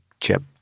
chip